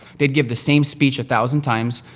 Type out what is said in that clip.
they'd give the same speech a thousand times,